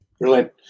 Brilliant